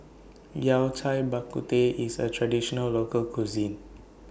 Yao Cai Bak Kut Teh IS A Traditional Local Cuisine